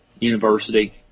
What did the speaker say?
university